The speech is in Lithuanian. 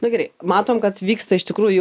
nu gerai matom kad vyksta iš tikrųjų